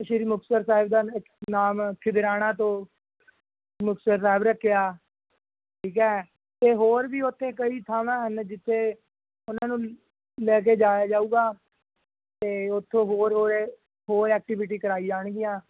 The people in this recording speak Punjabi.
ਸ਼੍ਰੀ ਮੁਕਤਸਰ ਸਾਹਿਬ ਦਾ ਨਾਮ ਖਿਦਰਾਣਾ ਤੋਂ ਮੁਕਤਸਰ ਸਾਹਿਬ ਰੱਖਿਆ ਠੀਕ ਹੈ ਅਤੇ ਹੋਰ ਵੀ ਉੱਥੇ ਕਈ ਥਾਵਾਂ ਹਨ ਜਿੱਥੇ ਉਹਨਾਂ ਨੂੰ ਲੈ ਕੇ ਜਾਇਆ ਜਾਊਗਾ ਅਤੇ ਉੱਥੋਂ ਹੋਰ ਹੋਰ ਹੋਰ ਐਕਟੀਵਿਟੀ ਕਰਵਾਈ ਜਾਣਗੀਆਂ